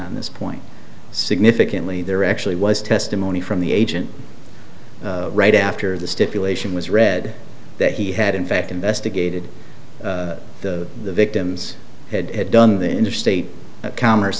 on this point significantly there actually was testimony from the agent right after the stipulation was read that he had in fact investigated the victims had done the interstate commerce